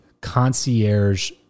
concierge